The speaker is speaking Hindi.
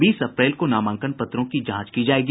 बीस अप्रैल को नामांकन पत्रों की जांच की जायेगी